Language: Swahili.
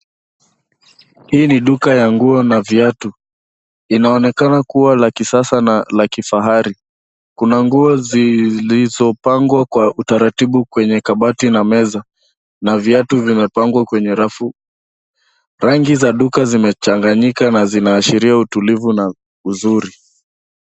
Hii ni duka ya nguo na viatu. Inaonekana kuwa la kisasa na la kifahari. Kuna nguo zilizopangwa kwa utaratibu kwenye kabati na meza, na viatu vimepangwa kwenye rafu. Rangi za duka zimechanganyika na zinaashiria utulivu, na uzuri.